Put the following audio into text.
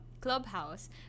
clubhouse